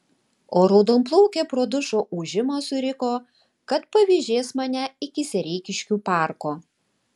o raudonplaukė pro dušo ūžimą suriko kad pavėžės mane iki sereikiškių parko